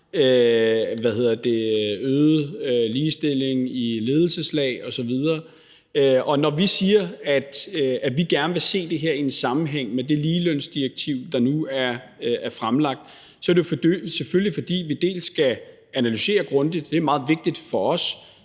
øget ligestilling i ledelseslag osv. Når vi siger, at vi gerne vil se det her i en sammenhæng med det ligelønsdirektiv, der nu er fremlagt, så er det jo selvfølgelig, fordi vi skal analysere grundigt – det er meget vigtigt for os